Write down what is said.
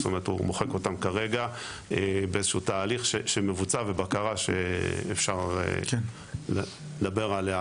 הוא מוחק אותם כרגע באיזשהו תהליך שמבוצע ובקרה שאפשר לדבר עליה,